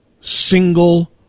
single